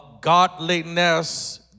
godliness